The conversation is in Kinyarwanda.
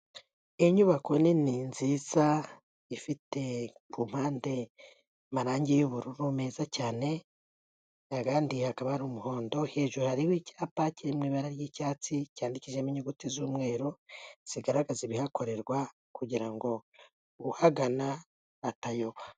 Inyubako nini nziza ifite ku mpande amarangi y'ubururu meza cyane, ahandi hakaba ari umuhondo, hejuru hariho icyapa kiri mu ibara ry'icyatsi, cyandikishijemo inyuguti z'umweru zigaragaza ibihakorerwa kugira ngo uhagana atayoba.